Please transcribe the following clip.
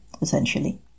essentially